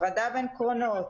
הפרדה בין קרונות,